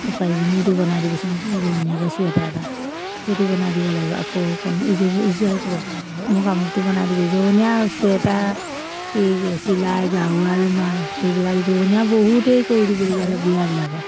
পাৰিবিনে এইটো বনাই দিবিচোন জোৰনীয়াকৈ চুৱেটাৰ এটা সেইটো বনাই দিব লাগিব আকৌ কোনো ইযোৰ ইযোৰাই ক'ব মোক আমুকটো বনাই দিবি জোৰনীয়া চুৱেটাৰ কি চিলাই গাৰু আৰু মাল সেইবিলাক জোৰনীয়া বহুতেই কৰি দিবলগীয়া হ'লে বিয়াবিলাকত